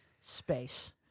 Space